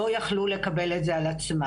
לא יכלו לקבל את זה על עצמן.